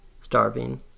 Starving